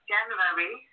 January